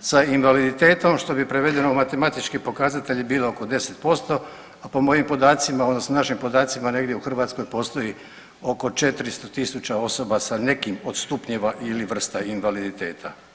s invaliditetom, što bi prevedeno matematički pokazatelji bilo oko 10%, a po mojim podacima, odnosno našim podacima, negdje u Hrvatskoj postoji oko 400 tisuća osoba s nekim od stupnjeva ili vrsta invaliditeta.